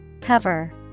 Cover